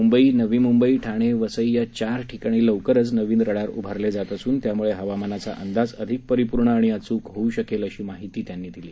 मुंबई नवी मुंबई ठाणे वसई या चार ठिकाणी लवकरच नवीन रडार उभारले जात असून त्यामुळे हवामानाचा अंदाज अधिक परिपूर्ण आणि अचूक होऊ शकेल अशी माहिती त्यांनी दिली